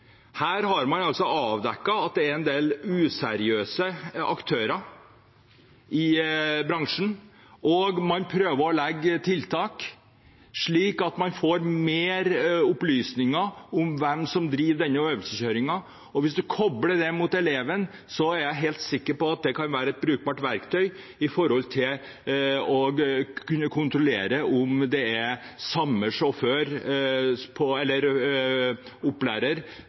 en del useriøse aktører i bransjen, og man prøver å legge fram tiltak, slik at man får flere opplysninger om hvem som driver denne øvelseskjøringen. Hvis man kobler det mot eleven, er jeg helt sikker på at det kan være et brukbart verktøy for å kunne kontrollere om det er samme opplærer på